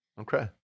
okay